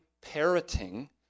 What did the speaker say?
parroting